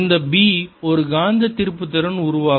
இந்த B ஒரு காந்த திருப்புத்திறன் உருவாக்கும்